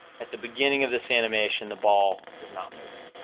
at the beginning of this animation, the ball is not moving,